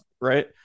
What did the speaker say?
right